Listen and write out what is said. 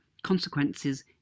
consequences